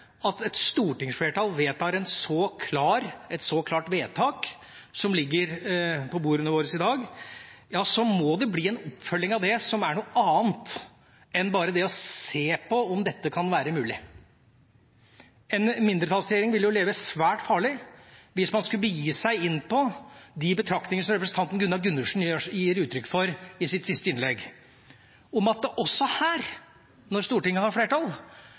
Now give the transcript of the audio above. at et stortingsflertall så klart vedtar det som ligger på bordene våre i dag, må det bli en annen oppfølging av det enn bare å se på om dette kan være mulig. En mindretallsregjering ville leve svært farlig om den skulle begi seg inn på de betraktninger som representanten Gunnar Gundersen gir uttrykk for i sitt siste innlegg, om at det også her, blant Stortingets flertall,